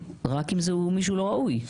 רק אם זה מישהו לא ראוי.